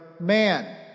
man